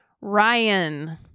Ryan